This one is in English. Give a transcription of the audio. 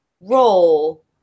roll